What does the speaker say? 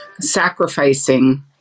sacrificing